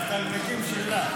והתלמידים שלה.